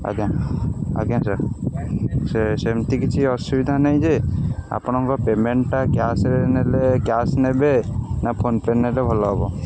ଆଜ୍ଞା ଆଜ୍ଞା ସାର୍ ସେ ସେମିତି କିଛି ଅସୁବିଧା ନାହିଁ ଯେ ଆପଣଙ୍କ ପେମେଣ୍ଟ୍'ଟା କ୍ୟାସ୍ରେ ନେଲେ କ୍ୟାସ୍ ନେବେ ନା ଫୋନ୍ ପେ ନେଲେ ଭଲ ହେବ